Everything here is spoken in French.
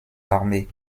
armées